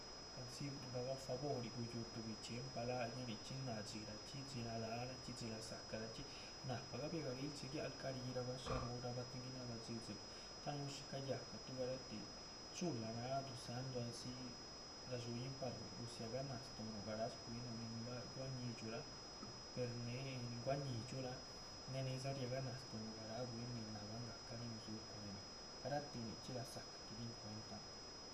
Andzi buinrahba favor yíc guyúh tuhbi chxiempa láha ya nichxín náha dxirahchxi dxí nadáharachxi dxí laza´carahchxi nahpa gabiahgaril che´guial ca´ rirahbah shá núhurahba. tin guinabah dhxidxil ta´núhu shí cayacatuh garatih chula náha duzáhndu andzi radxutihn para gudziah ganáh stóonuh nin bah gua´ñidxurah per néhe nin gua´ñidxurah. née nedza riah ganáh stóonuh garáh bwín nin nábahan gahca nin dzúhu cuehnu garatih nichxí lazaca gidihin cuentanuh